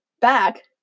back